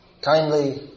kindly